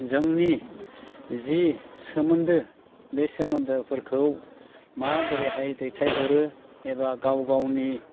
जोंनि जि सोमोन्दो बे सोमोन्दोफोरखौ माबोरैहाय दैथायहरो एबा गाव गावनि